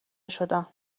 شدم